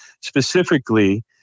Specifically